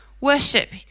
worship